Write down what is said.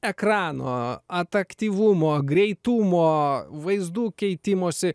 ekrano at aktyvumo greitumo vaizdų keitimosi